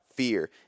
fear